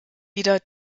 wieder